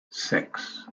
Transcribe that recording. six